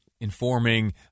informing